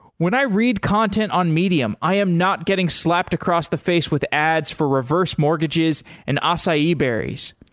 when i read content on medium, i am not getting slapped across the face with ads for reverse mortgages and acai ah so yeah berries.